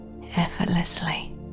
effortlessly